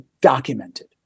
documented